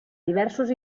diversos